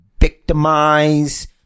victimize